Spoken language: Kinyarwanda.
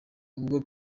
ubwo